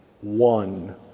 one